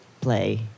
play